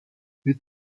with